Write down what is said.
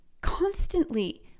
constantly